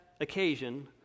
occasion